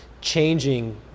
changing